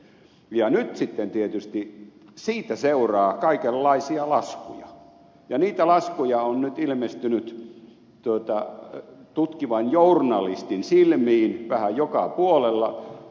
nyt sitten tietysti siitä seuraa kaikenlaisia laskuja ja niitä laskuja on nyt ilmestynyt tutkivan journalistin silmiin vähän joka puolella